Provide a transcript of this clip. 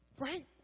Right